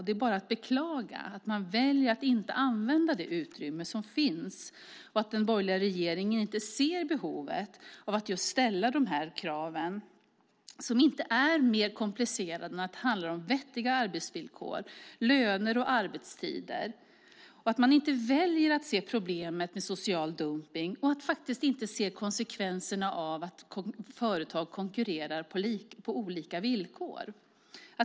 Det är bara att beklaga att man väljer att inte använda det utrymme som finns och att den borgerliga regeringen inte ser behovet av att ställa just de här kraven, som inte är mer komplicerade än att det handlar om vettiga arbetsvillkor, löner och arbetstider, att man väljer att inte se problemet med social dumpning och att faktiskt inte se konsekvenserna av att företag konkurrerar på olika villkor.